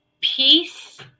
Peace